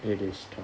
it is tough